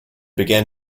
began